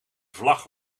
vlag